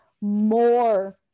more